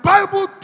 Bible